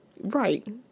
right